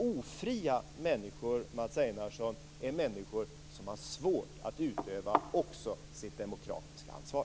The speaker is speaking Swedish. Ofria människor, Mats Einarsson, är människor som har svårt att ta också sitt demokratiska ansvar.